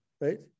right